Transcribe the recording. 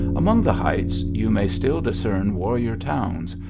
among the heights you may still discern warrior towns,